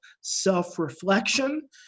self-reflection